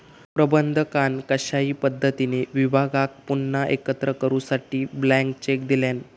प्रबंधकान कशाही पद्धतीने विभागाक पुन्हा एकत्र करूसाठी ब्लँक चेक दिल्यान